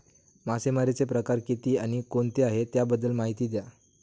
मासेमारी चे प्रकार किती आणि कोणते आहे त्याबद्दल महिती द्या?